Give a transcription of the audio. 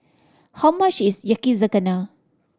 how much is Yakizakana